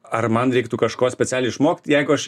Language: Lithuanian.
ar man reiktų kažko specialiai išmokt jeigu aš